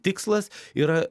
tikslas yra